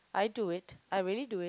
I do it I really do it